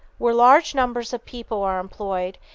where large numbers of people are employed,